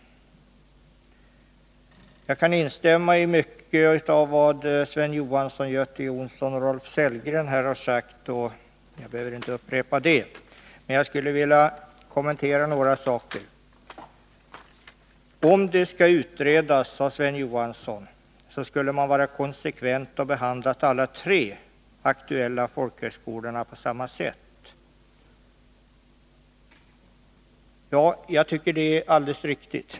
Jag kan instämma i mycket av vad Sven Johansson, Göte Jonsson och Rolf Sellgren här har sagt, och jag behöver inte upprepa det. Men jag skulle vilja kommentera några saker. Om det skall utredas, sade Sven Johansson, så skulle man också ha varit konsekvent och behandlat alla de tre aktuella folkhögskolorna på samma sätt. Ja, jag tycker att det är alldeles riktigt.